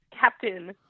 captain